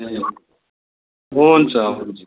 ए हुन्छ हुन्छ